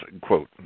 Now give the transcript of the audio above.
quote